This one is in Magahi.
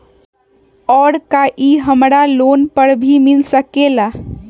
और का इ हमरा लोन पर भी मिल सकेला?